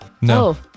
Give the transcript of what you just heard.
No